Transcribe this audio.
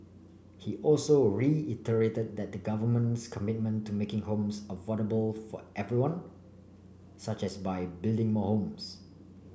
he also reiterated the government's commitment to making homes affordable for everyone such as by building more homes